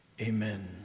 amen